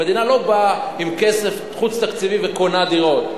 המדינה לא באה עם כסף חוץ-תקציבי וקונה דירות.